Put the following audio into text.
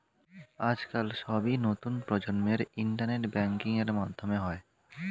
আজকাল সবই নতুন প্রজন্মের ইন্টারনেট ব্যাঙ্কিং এর মাধ্যমে হয়